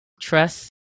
trust